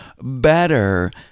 better